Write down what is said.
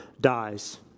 dies